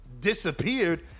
disappeared